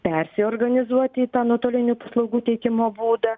persiorganizuoti į tą nuotolinių paslaugų teikimo būdą